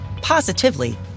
positively